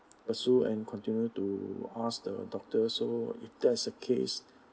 pursue and continue to ask the doctor so if that's the case